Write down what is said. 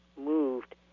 moved